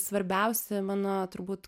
svarbiausi mano turbūt